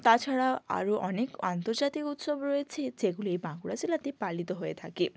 তাছাড়া আরো অনেক আন্তর্জাতিক উৎসব রয়েছে যেগুলি বাঁকুড়া জেলাতে পালিত হয়ে থাকে